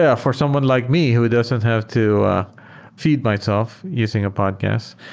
yeah for someone like me who doesn't have to feed myself using a podcast.